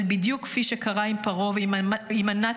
אבל בדיוק כפי שקרה עם פרעה ועם הנאצים,